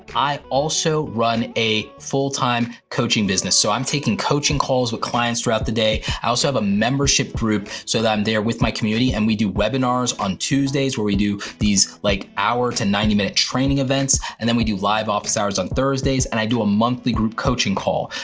i also run a full time coaching business. so i'm taking coaching calls with clients throughout the day, i also have a membership group so that i'm there with my community, and we do webinars on tuesdays where we do these like hour to ninety minute training events. and then we do live office hours on thursdays, and i do a monthly group coaching call.